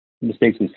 mistakes